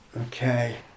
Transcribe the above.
Okay